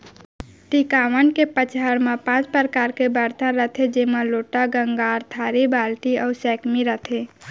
टिकावन के पंचहड़ म पॉंच परकार के बरतन रथे जेमा लोटा, गंगार, थारी, बाल्टी अउ सैकमी रथे